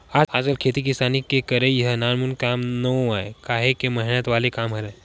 आजकल खेती किसानी के करई ह नानमुन काम नोहय काहेक मेहनत वाले काम हरय